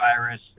virus